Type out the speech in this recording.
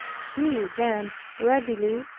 he then readily,